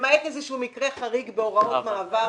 אני מתנצל בפניכם על זה שאנחנו נכנסנו למצב חירום,